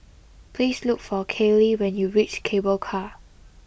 please look for Kayleigh when you reach Cable Car